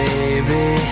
Baby